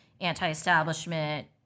anti-establishment